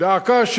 דא עקא,